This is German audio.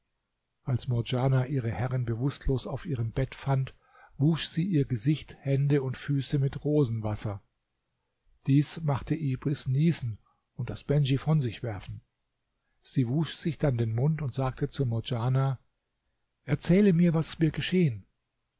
als murdjana ihre herrin bewußtlos auf ihrem bett fand wusch sie ihr gesicht hände und füße mit rosenwasser dies machte ibris nießen und das bendj von sich werfen sie wusch sich dann den mund und sagte zu murdjana erzähle mir was mir geschehen